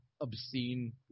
Obscene